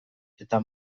eta